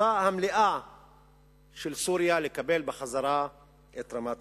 זכותה המלאה של סוריה לקבל בחזרה את רמת-הגולן.